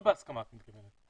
לא בהסכמה את מתכוונת.